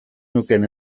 nukeen